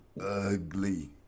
ugly